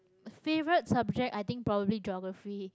favorite subject i think probably geography